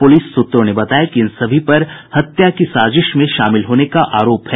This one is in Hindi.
पुलिस सूत्रों ने बताया कि इन सभी पर हत्या की साजिश में शामिल होने का आरोप है